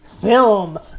Film